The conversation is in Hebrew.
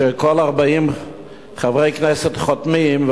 שכל 40 חברי כנסת שחותמים,